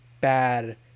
bad